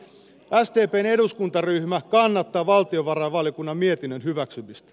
sdpn eduskuntaryhmä kannattaa valtiovarainvaliokunnan mietinnön hyväksymistä